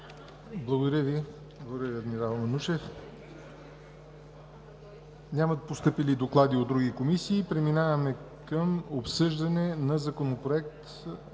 Благодаря Ви, адмирал Манушев. Няма постъпили доклади от други комисии. Преминаваме към обсъждане на Законопроект